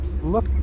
Look